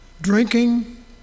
drinking